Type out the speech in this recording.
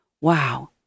Wow